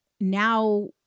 now